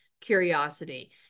curiosity